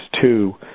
two